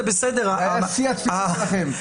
זה בסדר --- היה שיא התפילות שלכם,